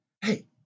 Hey